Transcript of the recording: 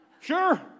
sure